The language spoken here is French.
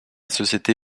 société